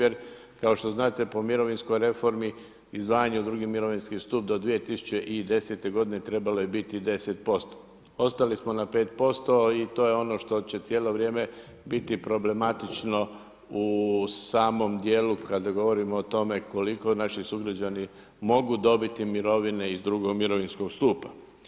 Jer kao što znate po mirovinskoj reformi izdvajanje u II. mirovinski stup do 2010. godine trebalo je biti 10%. ostali smo na 5% i to je ono što će cijelo vrijeme biti problematično u samom djelu kada govorimo o tome koliko naši sugrađani mogu dobiti mirovine iz II. mirovinskog stupa.